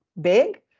big